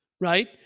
Right